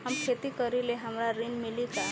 हम खेती करीले हमरा ऋण मिली का?